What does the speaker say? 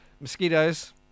mosquitoes